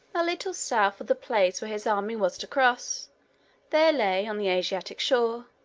a little south of the place where his army was to cross there lay, on the asiatic shore,